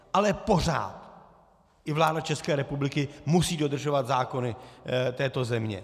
Ale pořád i vláda České republiky musí dodržovat zákony této země.